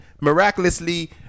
miraculously